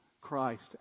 Christ